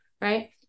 right